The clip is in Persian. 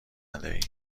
ندهی